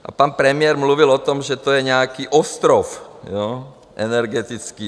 A pan premiér mluvil o tom, že to je nějaký ostrov energetický.